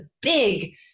big